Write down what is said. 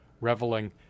reveling